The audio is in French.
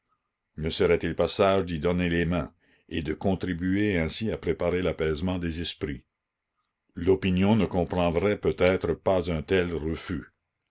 ne serait-il pas sage d'y donner les mains et de contribuer ainsi à préparer l'apaisement des esprits l'opinion ne comprendrait peut-être pas un tel refus